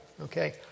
Okay